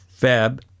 Feb